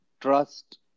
trust